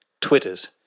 Twitters